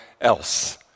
else